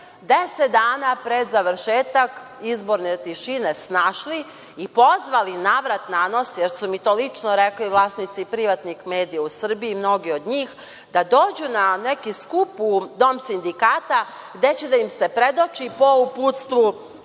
tek 10 dana pred završetak izborne tišine snašli i pozvali navrat-nanos, jer su mi to lično rekli vlasnici privatnih medija u Srbiji, mnogi od njih, da dođu na neki skup u Dom sindikata gde će da im se predoči po uputstvu